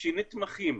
שנתמכים